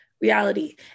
reality